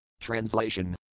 Translation